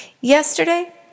Yesterday